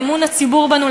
אמון הציבור בנו,